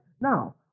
Now